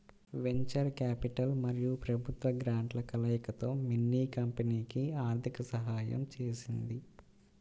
venture capital మరియు ప్రభుత్వ గ్రాంట్ల కలయికతో మిన్నీ కంపెనీకి ఆర్థిక సహాయం చేసింది